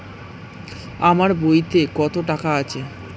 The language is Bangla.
আমার বইতে কত টাকা আছে?